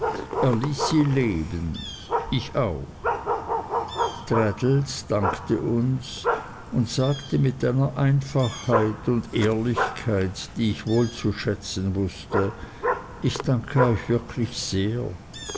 leben ich auch traddles dankte uns und sagte mit einer einfachheit und ehrlichkeit die ich wohl zu schätzen wußte ich danke euch wirklich sehr